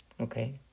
okay